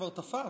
עכשיו,